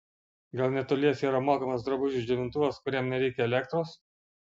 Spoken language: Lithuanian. gal netoliese yra mokamas drabužių džiovintuvas kuriam nereikia elektros